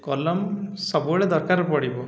କଲମ ସବୁବେଳେ ଦରକାର ପଡ଼ିବ